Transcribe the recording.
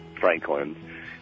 Franklin